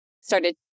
started